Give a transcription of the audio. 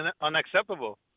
unacceptable